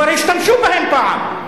כבר השתמשו בהם פעם.